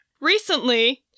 recently